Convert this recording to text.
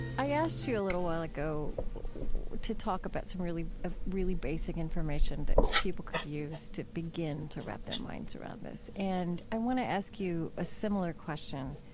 i asked you a little while ago to talk about some really ah really basic information that people could use to begin to wrap their minds around this and i want to ask you a similar question.